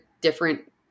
different